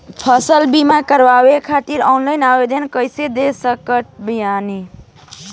फसल बीमा करवाए खातिर ऑनलाइन आवेदन कइसे दे सकत बानी?